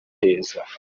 aheza